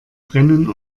brennen